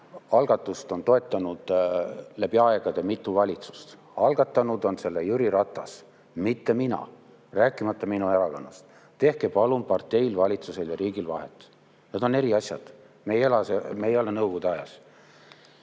algatust on toetanud läbi aegade mitu valitsust. Algatanud on selle Jüri Ratas, mitte mina, rääkimata minu erakonnast. Tehke palun parteil, valitsusel ja riigil vahet. Need on eri asjad. Me ei ela,